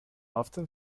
often